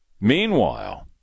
Meanwhile